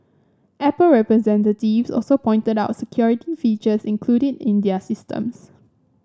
Apple representatives also pointed out security features included in their systems